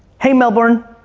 hey, melbourne,